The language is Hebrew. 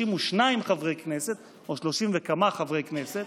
32 חברי כנסת או 30 וכמה חברי כנסת,